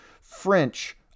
French